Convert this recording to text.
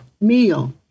meal